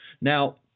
Now